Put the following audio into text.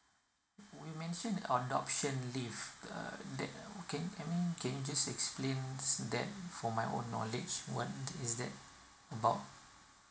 you mentioned adoption leave uh that okay I mean can you just explain that for my own knowledge what is that about